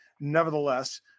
nevertheless